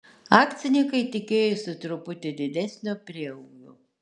akcininkai tikėjosi truputį didesnio prieaugio